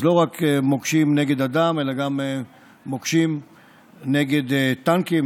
אז לא רק מוקשים נגד אדם אלא גם מוקשים נגד טנקים,